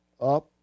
up